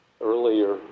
earlier